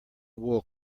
wool